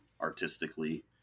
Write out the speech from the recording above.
artistically